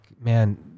man